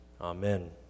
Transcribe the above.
Amen